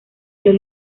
los